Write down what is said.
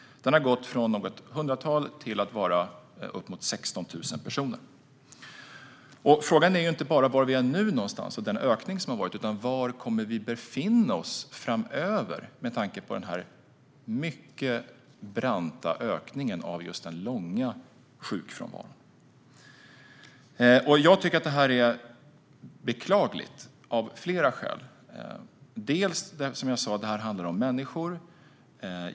Den har ökat från något hundratal till uppemot 16 000 personer. Frågan är inte bara var vi är nu utan var vi kommer att befinna oss framöver med tanke på denna mycket branta ökning av den långa sjukfrånvaron. Jag tycker att det här är beklagligt av flera skäl. Som jag sa: Det här handlar om människor.